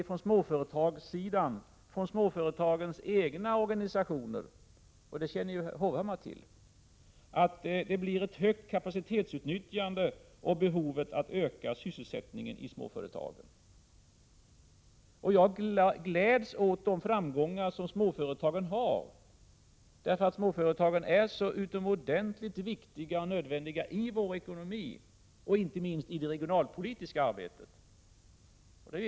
Från småföretagens egna organisationer — detta känner ju Erik Hovhammar till — räknar man med att det blir ett högt kapacitetsutnyttjande och ett behov av att öka sysselsättningen i småföretagen. Jag gläds åt de framgångar som småföretagen har, därför att de är så utomordentligt viktiga och nödvändiga i vår ekonomi och inte minst i det regionalpolitiska arbetet.